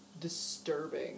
disturbing